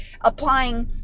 applying